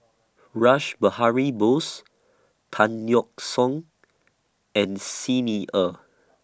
Rash Behari Bose Tan Yeok Seong and Xi Ni Er